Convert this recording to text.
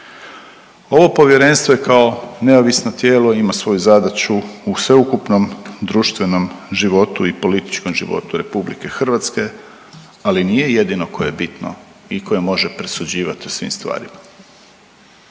Ovo povjerenstvo je kao neovisno tijelo i ima svoju zadaću u sveukupnom društvenom životu i političkom životu RH, ali nije jedino koje je bitno i koje može presuđivati u svim stvarima.